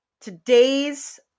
Today's